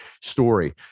story